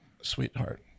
Sweetheart